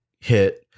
hit